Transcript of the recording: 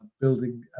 building